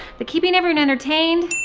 the keeping everyone entertained.